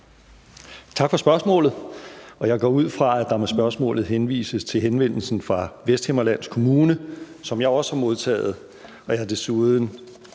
Tak for spørgsmålet. Jeg går ud fra, at der med spørgsmålet henvises til henvendelsen fra Vesthimmerlands Kommune, som jeg også har modtaget.